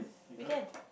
we can